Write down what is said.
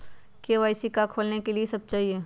KYC का का खोलने के लिए कि सब चाहिए?